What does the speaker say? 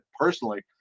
personally